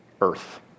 earth